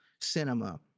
cinema